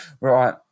Right